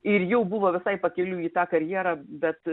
ir jau buvo visai pakeliui į tą karjerą bet